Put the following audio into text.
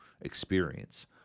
experience